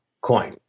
coin